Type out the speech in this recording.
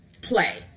play